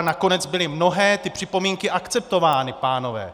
Nakonec byly mnohé připomínky akceptovány, pánové.